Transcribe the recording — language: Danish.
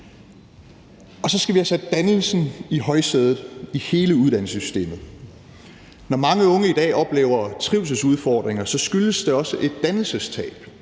Og så skal vi have sat dannelsen i højsædet i hele uddannelsessystemet. Når mange unge i dag oplever trivselsudfordringer, skyldes det også et dannelsestab